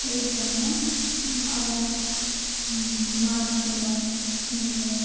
এই জন্য আবার মাছগুলো নিয়ে